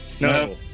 no